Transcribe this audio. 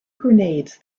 grenades